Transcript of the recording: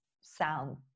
sound